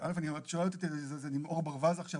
את שואלת אותי אז אני עם עור ברווז עכשיו,